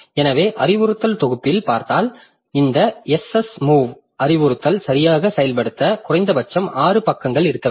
எனவே அறிவுறுத்தல் தொகுப்பில் பார்த்தால் இந்த எஸ்எஸ் மூவ் அறிவுறுத்தல் சரியாக செயல்படுத்த குறைந்தபட்சம் 6 பக்கங்கள் இருக்க வேண்டும்